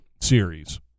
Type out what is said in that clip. series